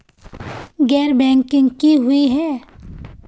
गैर बैंकिंग की हुई है?